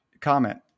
comment